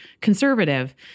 conservative